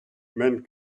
men